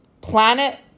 planet